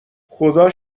خدا